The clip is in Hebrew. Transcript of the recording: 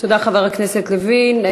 תודה, חבר הכנסת לוין.